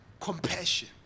compassion